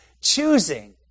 choosing